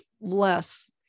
less